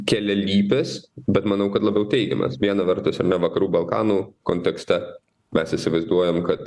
kelialypis bet manau kad labiau teigiamas viena vertus ar ne vakarų balkanų kontekste mes įsivaizduojam kad